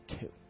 two